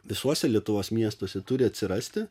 visuose lietuvos miestuose turi atsirasti